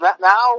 Now